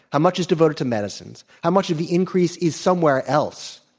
how much is devoted to medicines, how much of the increase is somewhere else,